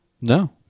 No